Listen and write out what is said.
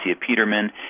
Peterman